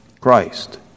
Christ